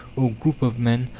or group of men,